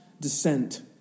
descent